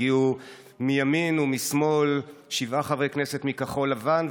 הגיעו מימין ומשמאל: שבעה חברי כנסת מכחול לבן,